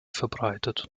verbreitet